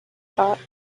thought